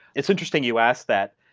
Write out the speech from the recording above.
it's interesting you asked that.